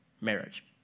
marriage